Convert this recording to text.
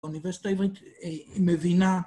‫האוניברסיטה העברית היא מבינה...